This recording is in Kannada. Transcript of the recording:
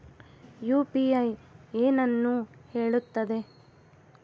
ಯು.ಪಿ.ಐ ಏನನ್ನು ಹೇಳುತ್ತದೆ?